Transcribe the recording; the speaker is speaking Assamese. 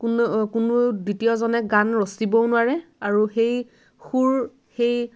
কোনো কোনো দ্বিতীয়জনে গান ৰচিবও নোৱাৰে আৰু সেই সুৰ সেই